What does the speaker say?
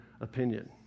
opinion